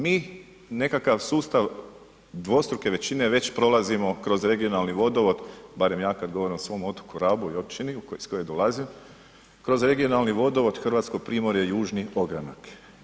Mi nekakav sustav dvostruke većine već prolazimo kroz regionalni vodovod, barem ja kad govorim o svom otoku Rabu i općini iz koje dolazim, kroz regionalni vodovod Hrvatsko Primorje, južni ogranak.